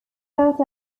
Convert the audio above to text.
out